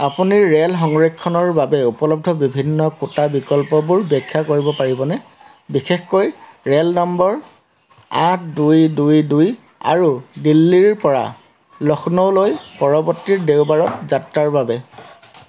আপুনি ৰে'ল সংৰক্ষণৰ বাবে উপলব্ধ বিভিন্ন কোটা বিকল্পবোৰ ব্যাখ্যা কৰিব পাৰিবনে বিশেষকৈ ৰে'ল নম্বৰ আঠ দুই দুই দুই আৰু দিল্লীৰ পৰা লক্ষ্ণৌলৈ পৰৱৰ্তী দেওবাৰত যাত্ৰাৰ বাবে